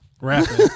Rapping